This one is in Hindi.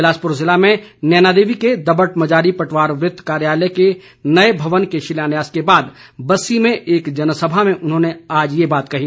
बिलासपुर ज़िले में नैनादेवी के दबट मजारी पटवार वृत्त कार्यालय के नए भवन के शिलान्यास के बाद बस्सी में एक जनसभा में आज उन्होंने ये बात कही